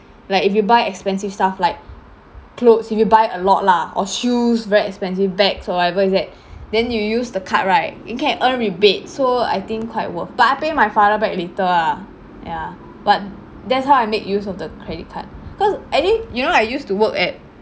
like if you buy expensive stuff like clothes if you buy a lot lah or shoes very expensive bag so whatever is that then you use the card right you can earn rebates so I think quite worth but I pay my father back later lah ya but that's how I make use of the credit card cause anyway you know I used to work at